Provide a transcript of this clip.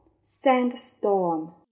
sandstorm